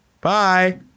bye